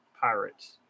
pirates